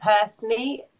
personally